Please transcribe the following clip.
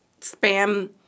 spam